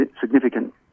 significant